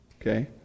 Okay